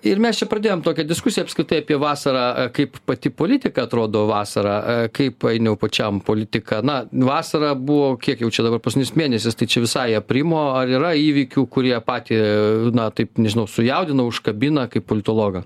ir mes čia pradėjome tokią diskusiją apskritai apie vasarą e kaip pati politika atrodo vasarą e kaip ainiau pačiam politika na vasarą buvo kiek jau čia dabar paskutinius mėnesius tai čia visai aprimo ar yra įvykių kurie patį na taip nežinau sujaudino užkabina kaip politologą